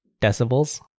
Decibels